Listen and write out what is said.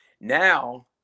Now